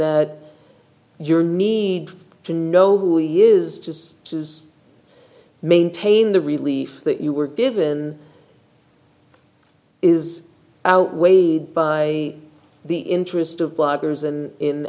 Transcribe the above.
that your need to know who he is just to maintain the relief that you were given is outweighed by the interest of